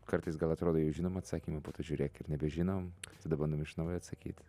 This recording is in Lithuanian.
kartais gal atrodo jau žinome atsakymą po to žiūrėk ir nebežinom tada bandom iš naujo atsakyt